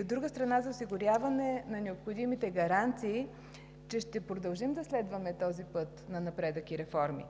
От друга страна, за осигуряване на необходимите гаранции, че ще продължим да следваме този път на напредък и реформи.